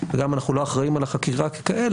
וגם אם אנחנו לא אחראים על החקירה רק ככאלה,